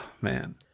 Man